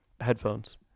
Headphones